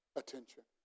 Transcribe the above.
attention